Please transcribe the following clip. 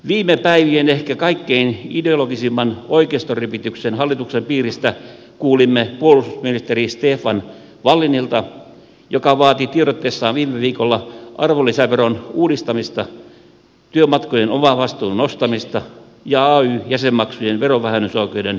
viime päivien ehkä kaikkein ideologisimman oikeistoripityksen hallituksen piiristä kuulimme puolustusministeri stefan wallinilta joka vaati tiedotteessaan viime viikolla arvonlisäveron uudistamista työmatkojen omavastuun nostamista ja ay jäsenmaksujen verovähennysoikeuden karsimista